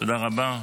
תודה רבה.